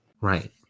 Right